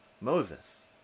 Moses